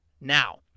now